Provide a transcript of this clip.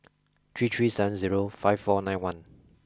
three three seven zero five four nine one